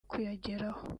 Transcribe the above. kuyageraho